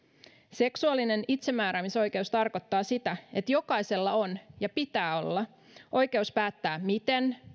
seksuaalinen itsemääräämisoikeus tarkoittaa sitä että jokaisella on ja pitää olla oikeus päättää miten